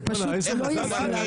זה פשוט לא יתואר.